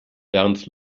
bernds